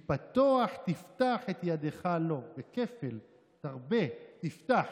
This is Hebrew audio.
כי פתח תפתח את ידך לו" זה כפל: תרבה, תפתח.